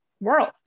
world